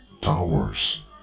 Towers